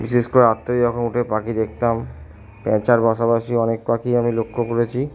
বিশেষ করে রাত্রে যখন উঠে পাখি দেখতাম প্যাঁচার পাশাপাশি অনেক পাখিই আমি লক্ষ্য করেছি